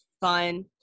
fun